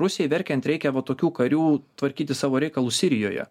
rusijai verkiant reikia va tokių karių tvarkyti savo reikalus sirijoje